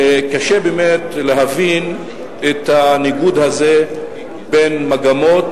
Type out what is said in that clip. קשה באמת להבין את הניגוד הזה בין מגמות,